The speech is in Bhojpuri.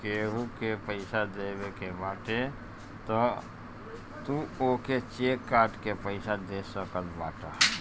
केहू के पईसा देवे के बाटे तअ तू ओके चेक काट के पइया दे सकत बाटअ